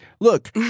Look